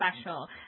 special